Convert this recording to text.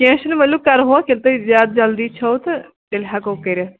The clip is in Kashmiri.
کینٛہہ چھُنہٕ ؤلِو کَرہوکھ ییٚلہِ تُہۍ زیادٕ جَلدی چھو تہٕ تیٚلہِ ہٮ۪کو کٔرِتھ